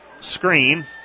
screen